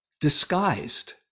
disguised